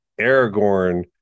Aragorn